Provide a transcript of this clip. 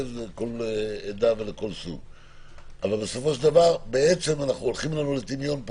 של כל עדה בסופו של דבר יורדים לנו לטמיון פה